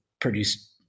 produced